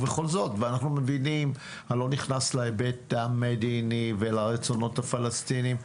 ובכל זאת אני לא נכנס להיבט המדיני ולרצונות הפלסטיניים,